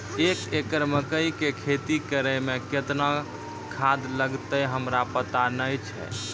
एक एकरऽ मकई के खेती करै मे केतना खाद लागतै हमरा पता नैय छै?